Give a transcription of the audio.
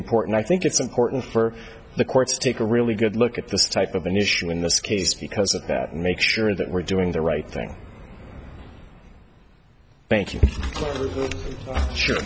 important i think it's important for the courts to take a really good look at this type of an issue in this case because of that and make sure that we're doing the right thing thank